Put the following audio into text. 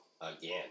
again